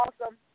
awesome